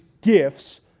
gifts